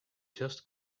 just